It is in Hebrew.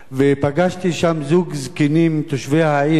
ופגשתי שם זוג זקנים תושבי העיר,